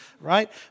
right